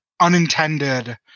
unintended